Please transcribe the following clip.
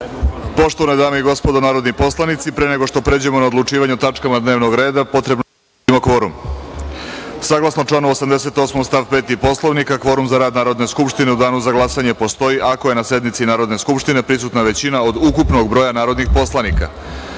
dame i gospodo, pre nego što pređemo na odlučivanje o tačkama dnevnog reda, potrebno je da utvrdimo kvorum. Saglasno članu 88. stav 5. Poslovnika Narodne skupštine, kvorum za rad Narodne skupštine u danu za glasanje postoji ako je na sednici Narodne skupštine prisutna većina od ukupnog broja narodnih poslanika. Molim